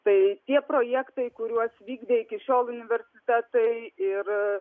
tai tie projektai kuriuos vykdė iki šiol universitetai ir